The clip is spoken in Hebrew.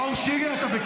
חברת הכנסת קטי שטרית,